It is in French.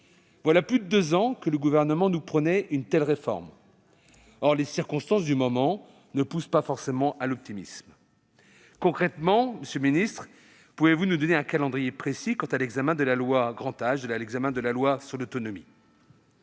Voilà plus de deux ans que le Gouvernement nous promet une telle réforme. Or les circonstances du moment ne poussent pas forcément à l'optimisme ... Concrètement, monsieur le ministre, pouvez-vous nous indiquer un calendrier précis pour l'examen du projet de loi sur le grand âge et l'autonomie ?